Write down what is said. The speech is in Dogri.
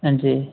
हंजी